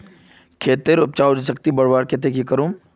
खेतेर उपजाऊ शक्ति बढ़वार केते की की करूम?